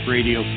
Radio